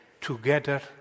together